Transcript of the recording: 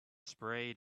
sprayed